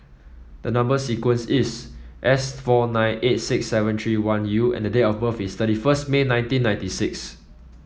the number sequence is S four nine eight six seven three one U and date of birth is thirty first May nineteen ninety six